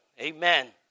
Amen